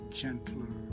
gentler